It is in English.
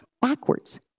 backwards